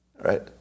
right